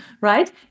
right